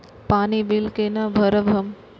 पानी बील केना भरब हम?